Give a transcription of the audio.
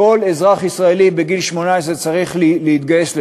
כל אזרח ישראלי בגיל 18 צריך להתגייס לצה"ל,